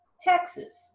Texas